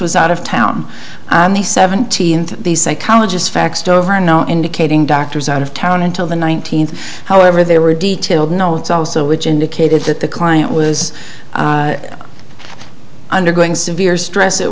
was out of town the seventeenth the psychologist faxed over no indicating doctors out of town until the nineteenth however there were detailed notes also which indicated that the client was undergoing severe stress at